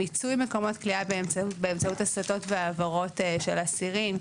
מיצוי מקומות כליאה באמצעות הסתות והעברות של אסירים.